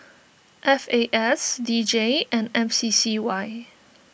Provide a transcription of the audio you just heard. F A S D J and M C C Y